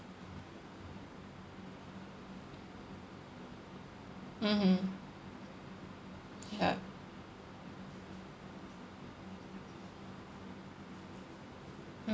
mmhmm ya